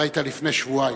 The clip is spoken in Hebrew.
היתה לפני שבועיים.